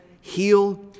heal